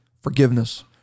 forgiveness